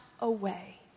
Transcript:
away